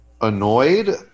annoyed